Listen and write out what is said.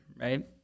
right